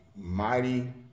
mighty